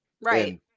Right